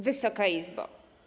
Wysoka Izbo!